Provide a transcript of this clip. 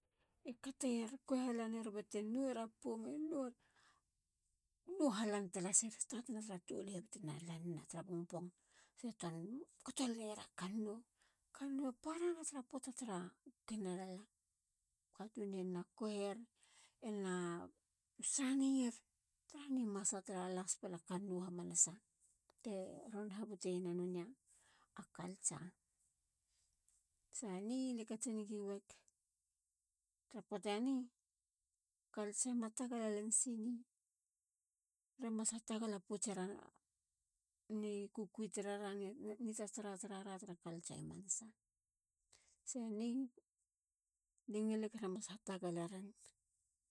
E kateyer. kohi halanir. bate nou re poum. e nor. no halan talasir. Startina tarato lahi batena lan mena tara bongbong. sa te tuan katoleneyera kannou. kannou e parana tara poata tara kinalala. katun ena kohir. ena sanir taranahe masar tara lastpla kannou hamanasa teron habuteyena nonei a culture. Se ni. lie katsin giweg. tara poteni culture ma tagala len sini. re mas hatagala potsera ni kukui tara ra. na nitartara tara ra tara culture hamanasa. Se ni. lie ngilega re mas hatagaleren.